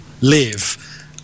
live